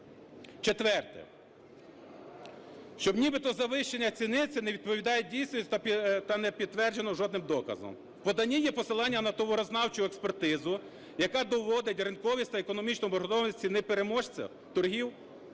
Четверте. Що нібито завищення ціни – це не відповідає дійсності та не підтверджено жодним доказом. В поданні є посилання на товарознавчу експертизу, яка доводить ринковість та економічну обґрунтованість ціни переможця торгів.